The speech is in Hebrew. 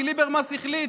כי ליברמס החליט,